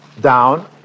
down